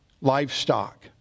livestock